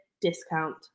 discount